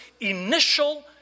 initial